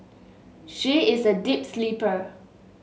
she is a deep sleeper